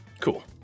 cool